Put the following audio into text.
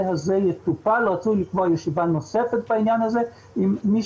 הזה יטופל או אפילו לקבוע ישיבה נוספת בעניין הזה עם מי